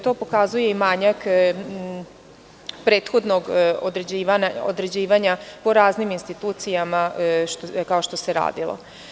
To pokazuje i manjak prethodnog određivanja po raznim institucijama, kao što se radilo.